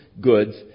goods